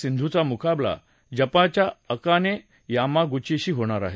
सिंधूचा मुकाबला जपानच्या अकाने यामागुचीशी होईल